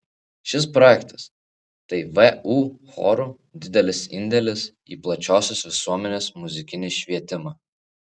šis projektas tai vu chorų didelis indėlis į plačiosios visuomenės muzikinį švietimą